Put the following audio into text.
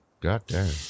Goddamn